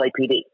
LAPD